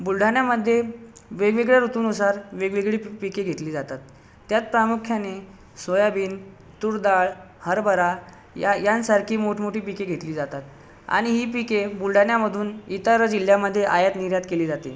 बुलढाण्यामध्ये वेगवेगळ्या ऋतूनुसार वेगवेगळी पिके घेतली जातात त्यात प्रामुख्याने सोयाबीन तूरडाळ हरभरा या यांसारखी मोठमोठी पिके घेतली जातात आणि ही पिके बुलढाण्यामधून इतर जिल्ह्यामध्ये आयात निर्यात केली जाते